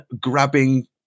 grabbing